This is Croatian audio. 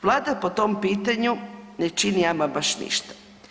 Vlada po tom pitanju ne čini ama baš ništa.